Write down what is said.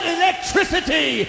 electricity